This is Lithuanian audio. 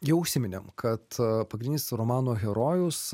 jau užsiminėm kad pagrindinis romano herojus